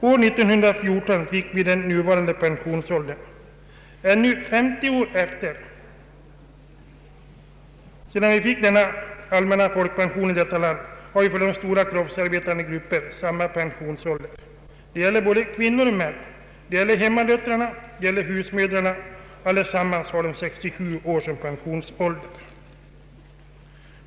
År 1914 fick vi den nuvarande pensionsåldern. Ännu 50 år efter det att vi fick den allmänna folkpensionen i vårt land har vi fortfarande kvar samma pensionsålder för de stora kroppsarbetande grupperna. Det gäller både kvinnor och män, hemarbetande husmödrar, allesammans har 67 år som pensionsålder.